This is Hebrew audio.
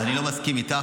אני לא מסכים איתך,